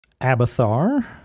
Abathar